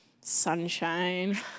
Sunshine